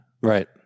Right